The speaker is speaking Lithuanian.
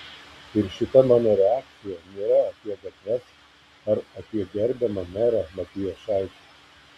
ir šita mano reakcija nėra apie gatves ar apie gerbiamą merą matijošaitį